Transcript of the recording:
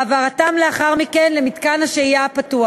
והעברתם לאחר מכן למתקן השהייה הפתוח,